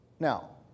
Now